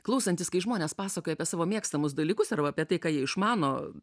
klausantis kai žmonės pasakoja apie savo mėgstamus dalykus arba apie tai ką jie išmano